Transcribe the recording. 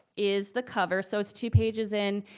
is the cover. so it's two pages in.